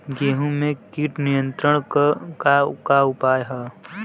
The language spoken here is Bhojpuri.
गेहूँ में कीट नियंत्रण क का का उपाय ह?